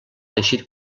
teixit